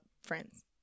friends